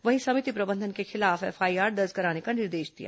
वहीं समिति प्रबंधन के खिलाफ एफआईआर दर्ज कराने का निर्देश दिया है